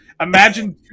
imagine